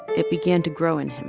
it began to grow in him.